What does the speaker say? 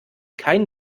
kein